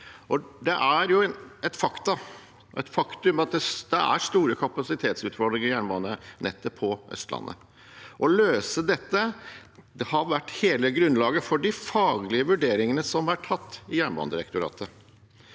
Det er et faktum at det er store kapasitetsutfordringer i jernbanenettet på Østlandet. Å løse dette har vært hele grunnlaget for de faglige vurderingene som er gjort i Jernbanedirektoratet.